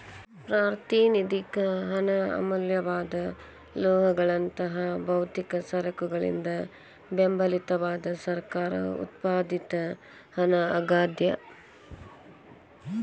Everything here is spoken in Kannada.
ಪ್ರಾತಿನಿಧಿಕ ಹಣ ಅಮೂಲ್ಯವಾದ ಲೋಹಗಳಂತಹ ಭೌತಿಕ ಸರಕುಗಳಿಂದ ಬೆಂಬಲಿತವಾದ ಸರ್ಕಾರ ಉತ್ಪಾದಿತ ಹಣ ಆಗ್ಯಾದ